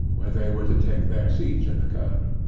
where they were to take their seats in the coach.